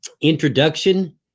introduction